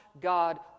God